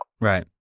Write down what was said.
Right